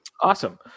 awesome